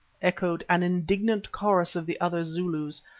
echoed an indignant chorus of the other zulus,